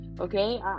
okay